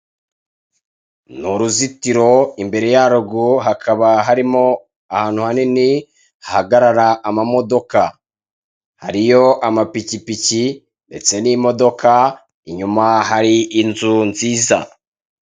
Ni uruzitiro, imbere yarwo hakaba harimo hantu hanini hahagarara amamodoka. Hariyo amapikipiki ndetse n'imodoka, inyuma hari inzu nziza.